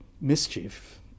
mischief